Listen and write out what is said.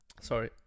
sorry